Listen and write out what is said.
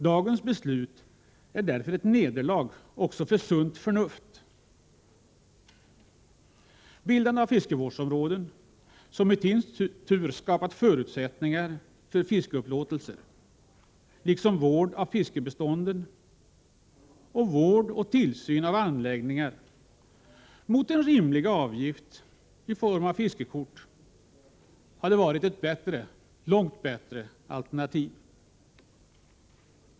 Dagens beslut är ett nederlag för sunt förnuft. Bildandet av fiskevårdsområden, som i sin tur skulle ha skapat förutsättningar för fiskeupplåtelser, liksom vård av fiskebestånden samt vård och tillsyn av anläggningar mot en rimlig avgift i form av fiskekort, hade varit ett betydligt bättre alternativ.